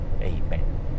Amen